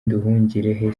nduhungirehe